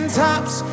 tops